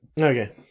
Okay